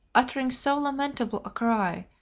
uttering so lamentable a cry,